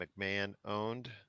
McMahon-owned